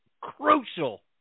crucial